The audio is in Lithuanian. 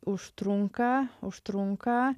užtrunka užtrunka